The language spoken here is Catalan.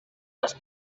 les